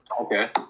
okay